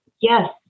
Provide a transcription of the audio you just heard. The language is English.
Yes